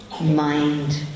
mind